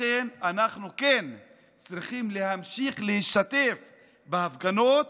לכן אנחנו כן צריכים להמשיך להשתתף בהפגנות,